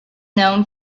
known